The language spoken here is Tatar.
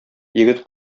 егет